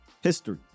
history